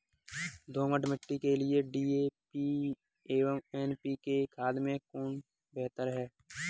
दोमट मिट्टी के लिए डी.ए.पी एवं एन.पी.के खाद में कौन बेहतर है?